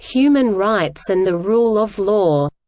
human rights and the rule of law.